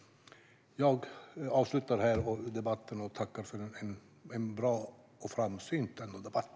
Jag avslutar där och tackar för en bra och ändå framsynt debatt.